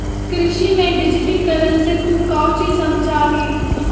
कृषि में डिजिटिकरण से तू काउची समझा हीं?